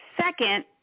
second